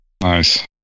nice